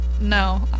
No